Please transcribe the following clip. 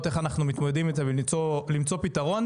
איך אנחנו מתמודדים איתה ולמצוא פתרון,